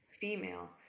female